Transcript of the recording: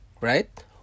Right